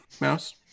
Mouse